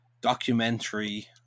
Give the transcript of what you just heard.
documentary